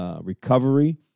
recovery